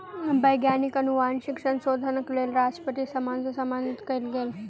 वैज्ञानिक अनुवांशिक संशोधनक लेल राष्ट्रपति सम्मान सॅ सम्मानित कयल गेल